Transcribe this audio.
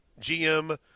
GM